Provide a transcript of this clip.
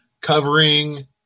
covering